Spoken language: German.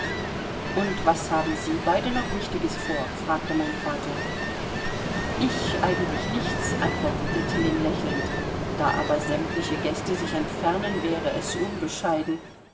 und was haben sie beide noch wichtiges vor fragte mein vater ich eigentlich nichts antwortete tilling lächelnd da aber sämtliche gäste sich entfernen wäre es unbescheiden